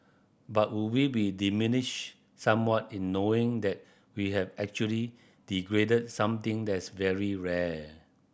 but would we be diminished somewhat in knowing that we have actually degraded something that's very rare